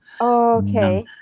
okay